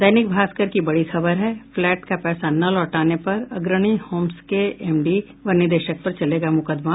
दैनिक भास्कर की बड़ी खबर है फ्लैट का पैसा न लौटाने पर अग्रणी होम्स के एमडी व निदेशक पर चलेगा मुकदमा